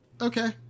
Okay